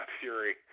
Fury